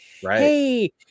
hey